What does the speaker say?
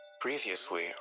Previously